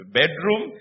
bedroom